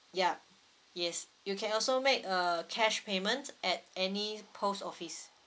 yup yes you can also make a cash payment at any post office